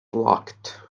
locked